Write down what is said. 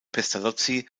pestalozzi